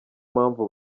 mpamvu